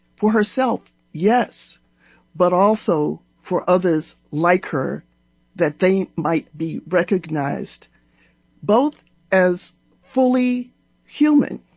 for herself yes but also for others like her that they might be recognized both as fully human